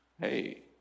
hey